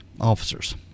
officers